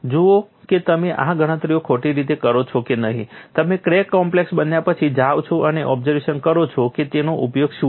જુઓ કે તમે આ ગણતરીઓ ખોટી રીતે કરો છો કે નહીં તમે ક્રેક કોમ્પ્લેક્સ બન્યા પછી જાઓ છો અને ઓબ્ઝર્વેશન કરો છો કે તેનો ઉપયોગ શું છે